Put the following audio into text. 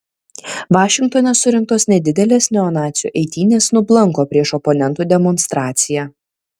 vašingtone surengtos nedidelės neonacių eitynės nublanko prieš oponentų demonstraciją